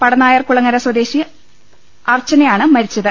പടനായർകുളങ്ങര സ്വദേശിനി അർച്ചനയാണ് മരിച്ചത്